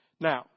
Now